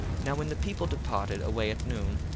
now when the people departed away at noon,